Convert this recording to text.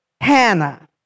Hannah